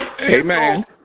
Amen